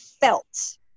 felt